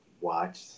watch